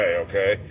okay